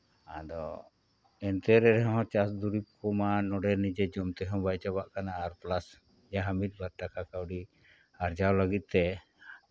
ᱟᱫᱚ ᱮᱱᱛᱮ ᱨᱮᱦᱚᱸ ᱪᱟᱥ ᱫᱩᱨᱤᱵ ᱠᱚᱢᱟ ᱱᱚᱰᱮ ᱱᱤᱡᱮ ᱡᱚᱢ ᱛᱮᱦᱚᱸ ᱵᱟᱭ ᱪᱟᱵᱟᱜ ᱠᱟᱱᱟ ᱟᱨ ᱯᱞᱟᱥ ᱡᱟᱦᱟᱸ ᱢᱤᱫ ᱵᱟᱨ ᱴᱟᱠᱟ ᱠᱟᱹᱣᱰᱤ ᱟᱨᱡᱟᱣ ᱞᱟᱹᱜᱤᱫ ᱛᱮ